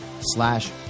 slash